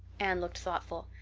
anne looked thoughtful.